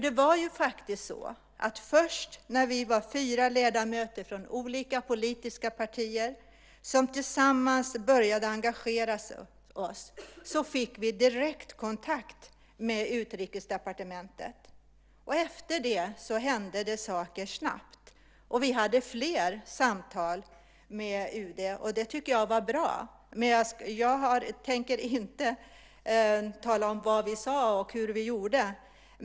Det var faktiskt så att först när vi fyra ledamöter från olika politiska partier tillsammans började engagera oss fick vi direktkontakt med Utrikesdepartementet. Efter det hände det saker snabbt. Vi hade fler samtal med UD, och det tycker jag var bra. Jag tänker inte tala om vad vi sade och hur vi gjorde.